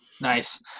Nice